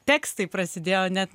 tekstai prasidėjo net